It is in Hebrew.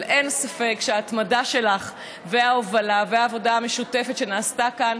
אבל אין ספק שההתמדה שלך וההובלה והעבודה המשותפת שנעשתה כאן,